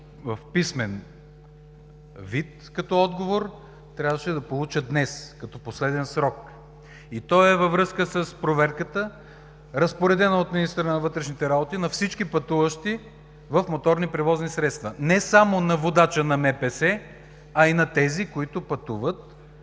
в писмен вид като отговор, трябваше да получа днес като последен срок. Той е във връзка с проверката, разпоредена от министъра на вътрешните работи, на всички пътуващи в моторни превозни средства, не само на водача на моторните превозни средства,